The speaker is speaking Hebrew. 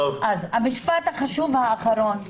המשפט החשוב האחרון.